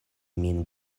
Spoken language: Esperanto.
min